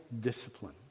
discipline